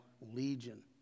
legion